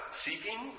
seeking